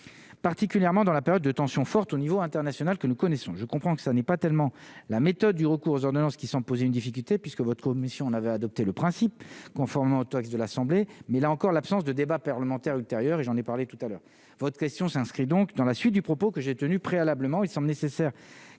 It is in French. particulièrement dans la période de tension forte au niveau international que nous connaissons, je comprends que ça n'est pas tellement la méthode du recours aux ordonnances qui sont posés une difficulté puisque votre mission on avait adopté le principe, conformément au texte de l'Assemblée, mais là encore, l'absence de débat parlementaire ultérieures et j'en ai parlé tout à l'heure votre question s'inscrit donc dans la suite du propos que j'ai tenus préalablement il somme nécessaire